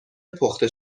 پخته